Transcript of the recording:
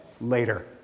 Later